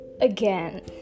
Again